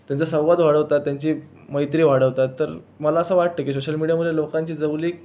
त्यांचा संवाद वाढवतात त्यांची मैत्री वाढवतात तर मला असं वाटतं की शोशल मिडिया म्हणजे लोकांची जवळीक